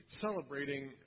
celebrating